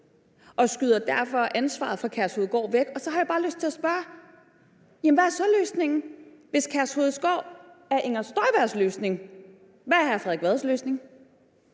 skyder han ansvaret for Kærshovedgård væk fra sig. Så har jeg bare lyst til at spørge: Hvad er så løsningen? Hvis Kærshovedgård er Inger Støjbergs løsning, hvad er så hr. Frederik Vads løsning?